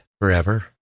forever